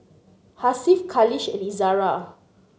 Hasif Khalish and Izzara